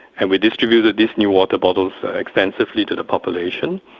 and we distributed this newater bottles extensively to the population.